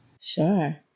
Sure